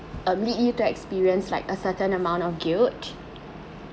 um lead you to experience like a certain amount of guilt